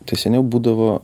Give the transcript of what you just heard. tai seniau būdavo